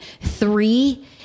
Three